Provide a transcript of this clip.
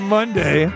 Monday